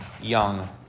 young